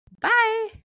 Bye